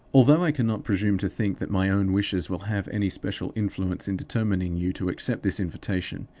although i cannot presume to think that my own wishes will have any special influence in determining you to accept this invitation,